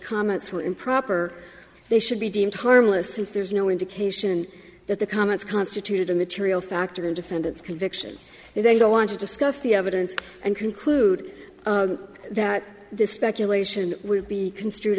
comments were improper they should be deemed harmless since there's no indication that the comments constituted a material factor in defendant's conviction if they don't want to discuss the evidence and conclude that this speculation will be construed